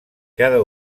cada